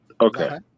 Okay